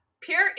Pure